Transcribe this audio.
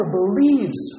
believes